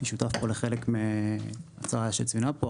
אני שותף פה לחלק מההצעה שצוינה פה,